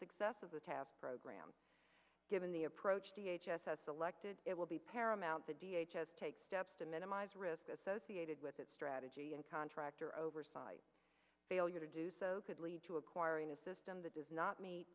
success of the task program given the approach d h s s selected it will be paramount the d h has taken steps to minimize risk associated with its strategy and contractor oversight failure to do so could lead to acquiring a system that does not meet